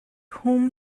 whom